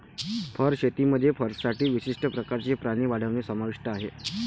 fur शेतीमध्ये फरसाठी विशिष्ट प्रकारचे प्राणी वाढवणे समाविष्ट आहे